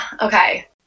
okay